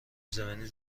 زمینی